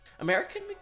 American